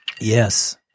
Yes